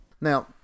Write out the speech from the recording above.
Now